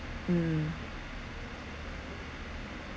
mm